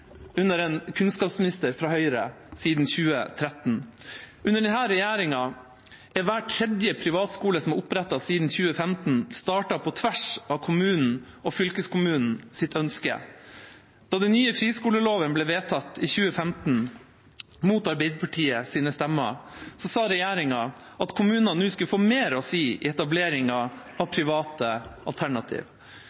under en kunnskapsminister fra Høyre. Under denne regjeringa har hver tredje privatskole som er opprettet siden 2015, blitt startet på tvers av kommunens og fylkeskommunens ønske. Da den nye friskoleloven ble vedtatt i 2015, mot Arbeiderpartiets stemmer, sa regjeringa at kommunene nå skulle få mer å si når det gjaldt etablering av